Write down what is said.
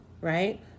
right